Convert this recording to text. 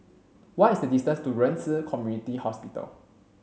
what is the distance to Ren Ci Community Hospital